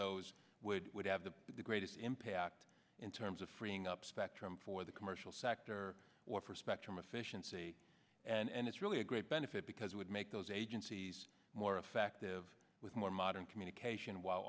those would would have the greatest impact in terms of freeing up spectrum for the commercial sector or for spectrum efficiency and it's really a great benefit because it would make those agencies more effective with more modern communication while